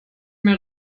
mehr